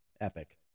Epic